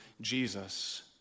Jesus